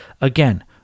again